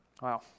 Wow